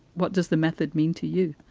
what does the method mean to you?